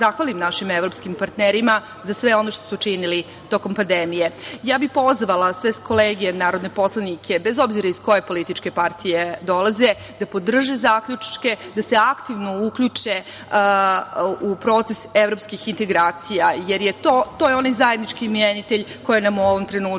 zahvalim našim evropskim partnerima za sve ono što su činili tokom pandemije. Pozvala bih sve kolege narodne poslanike, bez obzira iz koje političke partije dolaze, da podrže zaključke, da se aktivno uključe u proces evropskih integracija, jer to je onaj zajednički imenitelj koji nam u ovom trenutku